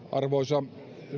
arvoisa